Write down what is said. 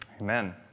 Amen